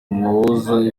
umuhuza